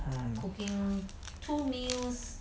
mm